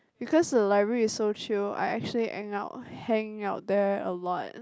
because the library is so chill I actually hang out hang out there a lot